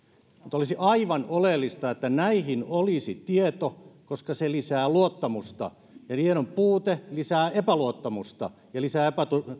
olisi aivan oleellista että näihin olisi tieto koska se lisää luottamusta ja tiedonpuute lisää epäluottamusta ja lisää